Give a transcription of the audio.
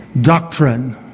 doctrine